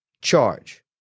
charge